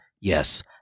Yes